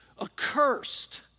accursed